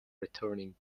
returning